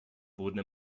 wurden